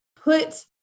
put